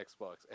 Xbox